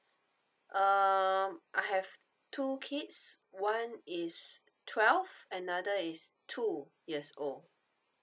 um I have two kids one is twelve another is two years old